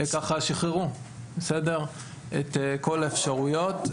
שיחררו את כל האפשרויות.